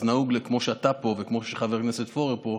אז כמו שאתה פה וכמו שחבר הכנסת פורר פה,